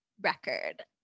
record